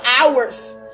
hours